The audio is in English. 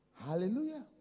Hallelujah